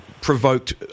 provoked